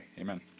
amen